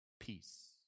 Peace